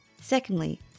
Secondly